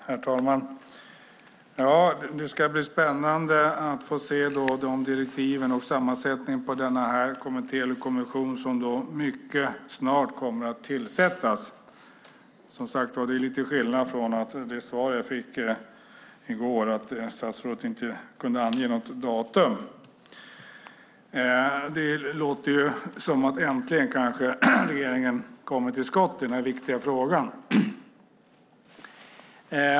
Herr talman! Det ska bli spännande att få se direktiven till och sammansättningen av den kommitté som mycket snart kommer att tillsättas. Detta skiljer sig från det svar som jag fick i går om att statsrådet inte kunde ange något datum. Det låter som om regeringen kanske äntligen kommer till skott i denna viktiga fråga.